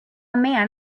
man